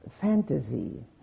fantasy